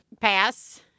pass